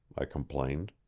i complained.